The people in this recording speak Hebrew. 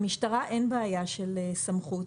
למשטרה אין בעיה של סמכות.